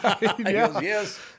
Yes